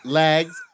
legs